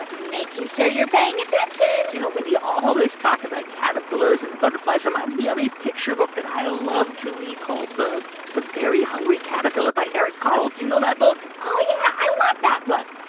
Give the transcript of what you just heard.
ah making sure you're paying attention you know, mindy, all this talk about caterpillars and butterflies reminds me of a picture book that i loved to read called the the very hungry caterpillar by eric carle. do you know that book? oh, yeah. i love that book.